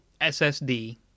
SSD